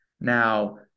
Now